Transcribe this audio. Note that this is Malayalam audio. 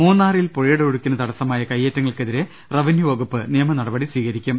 മൂന്നാറിൽ പുഴയുടെ ഒഴുക്കിന് തടസമായ കയ്യേറ്റങ്ങൾക്കെതിരെ റവന്യു വകുപ്പ് നിയമ നടപടി സ്വീകരിക്കും